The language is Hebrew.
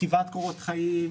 כתיבת קורות חיים,